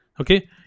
okay